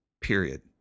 period